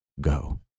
go